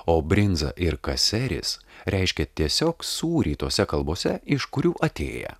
o brinza ir kaseris reiškia tiesiog sūrį tose kalbose iš kurių atėję